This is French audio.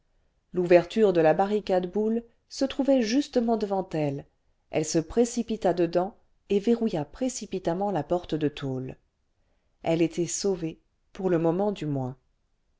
l'ouverture de la barricade boule se trouvait justement devant elle elle se précipita dedans et verrouilla précipitamment la porte cle tôle elle était sauvée pour le moment du moins